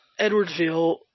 Edwardsville